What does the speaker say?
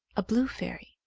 a blue fairy.